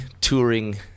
touring